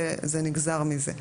וזה נגזר מזה,